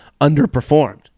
underperformed